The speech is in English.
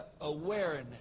awareness